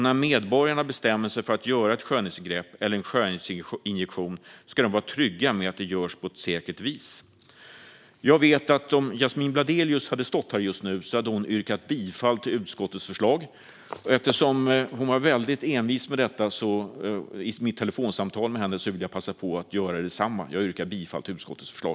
När medborgare bestämmer sig för att göra ett skönhetsingrepp eller en skönhetsinjektion ska de också vara trygga med att detta görs på ett säkert vis. Jag vet att om Yasmine Bladelius hade stått här just nu hade hon yrkat bifall till utskottets förslag. Eftersom hon i vårt telefonsamtal var väldigt envis när det gäller detta vill jag passa på att göra detsamma. Jag yrkar bifall till utskottets förslag.